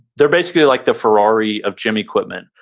they're basically like the ferrari of gym equipment.